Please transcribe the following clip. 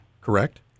correct